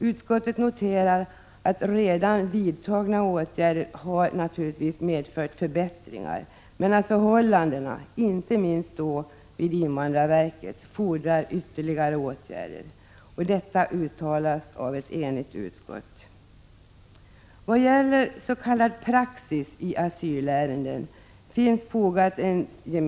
Utskottet noterar att redan vidtagna åtgärder har medfört förbättringar, men att förhållandena, inte minst vid invandrarverket, fordrar ytterligare åtgärder. Detta uttalas av ett enigt utskott. I vad gäller s.k. praxis i asylärenden finns en gemensam reservation från — Prot.